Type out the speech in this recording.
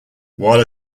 while